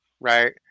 right